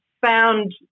found